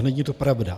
Není to pravda.